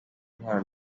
intwaro